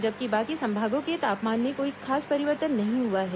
जबकि बाकी संभागों के तापमान में कोई खास परिवर्तन नहीं हुआ है